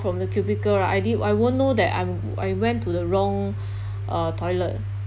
from the cubicle right I did I won't know that I'm I went to the wrong uh toilet